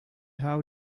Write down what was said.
how